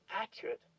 accurate